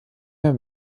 mehr